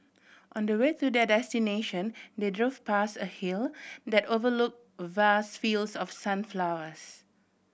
on the way to their destination they drove past a hill that overlook vast fields of sunflowers